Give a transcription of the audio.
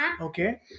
Okay